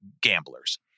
gamblers